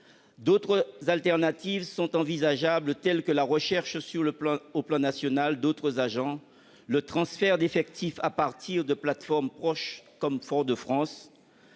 D'autres solutions sont envisageables. Je pense à la recherche sur le plan national d'autres agents, au transfert d'effectifs à partir de plateformes proches, comme Fort-de-France,